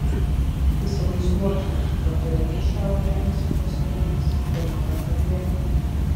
įsivaizduokime kad tu regi šią uolieną su fosilijomis pirmą kartą gyvenime